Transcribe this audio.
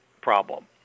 problem